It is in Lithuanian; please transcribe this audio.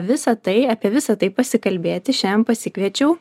visą tai apie visą tai pasikalbėti šiadien pasikviečiau